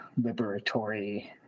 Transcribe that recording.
liberatory